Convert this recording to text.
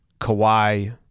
Kawhi